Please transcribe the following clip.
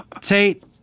Tate